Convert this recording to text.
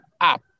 up